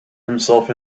himself